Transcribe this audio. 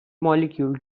molecule